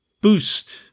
boost